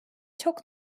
çok